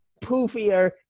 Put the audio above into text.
poofier